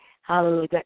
hallelujah